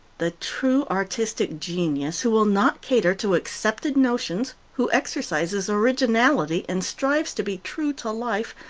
the true artistic genius, who will not cater to accepted notions, who exercises originality, and strives to be true to life,